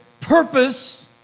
purpose